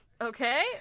Okay